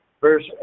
Verse